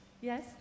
Yes